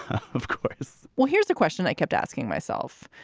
ah of course well, here's the question i kept asking myself,